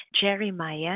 Jeremiah